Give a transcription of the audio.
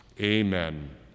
Amen